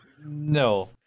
No